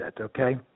Okay